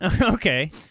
Okay